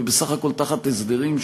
ובסך הכול תחת הסדרים,